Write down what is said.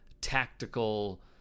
tactical